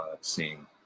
Seeing